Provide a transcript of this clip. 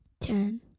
Ten